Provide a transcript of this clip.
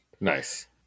Nice